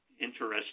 interesting